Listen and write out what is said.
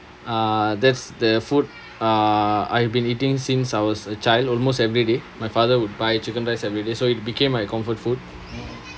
uh that's the food uh I've been eating since I was a child almost every day my father would buy chicken rice every day so it became my comfort food